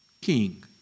king